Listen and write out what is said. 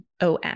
OM